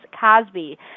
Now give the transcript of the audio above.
Cosby